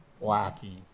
lacking